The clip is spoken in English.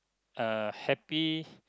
uh happy